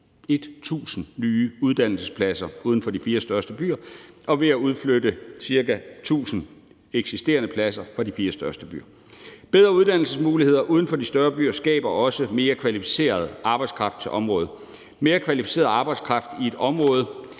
1.000 nye uddannelsespladser uden for de fire største byer og ved at udflytte ca. 1.000 pladser fra de fire største byer. Bedre uddannelsesmuligheder uden for de større byer skaber også mere kvalificeret arbejdskraft til området. Mere kvalificeret arbejdskraft i et område